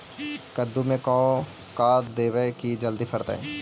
कददु मे का देबै की जल्दी फरतै?